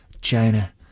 China